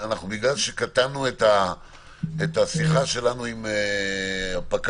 כיוון שקטענו את השיחה שלנו עם פקע"ר